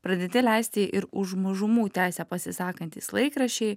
pradėti leisti ir už mažumų teisę pasisakantys laikraščiai